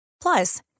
Plus